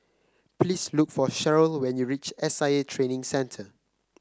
please look for Sharyl when you reach S I A Training Centre